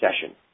session